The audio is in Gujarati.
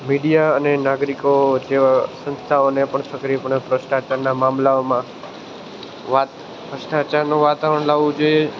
મીડિયા અને નાગરિકો જેવા સંસ્થાઓને પણ સક્રિયપણે ભ્રષ્ટાચારના મામલામાં વાત ભ્રષ્ટાચારનું વાતાવરણ લાવવું જોઈએ